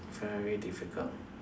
very difficult